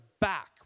back